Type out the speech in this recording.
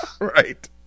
Right